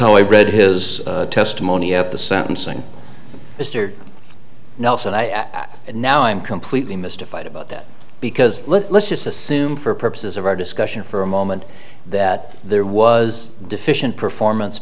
how i read his testimony at the sentencing mr nelson i and now i'm completely mystified about that because let's just assume for purposes of our discussion for a moment that there was deficient performance